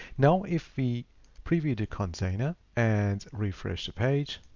now, if we preview the container and refresh the page,